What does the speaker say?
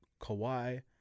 Kawhi